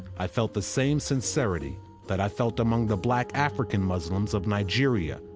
i felt the same sincerity that i felt among the black african muslims of nigeria,